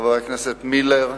חבר הכנסת מילר,